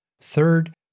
Third